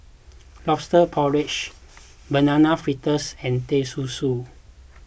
Lobster Porridge Banana Fritters and Teh Susu